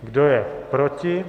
Kdo je proti?